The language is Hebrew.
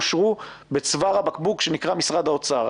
אושרו בצוואר הבקבוק שנקרא משרד האוצר.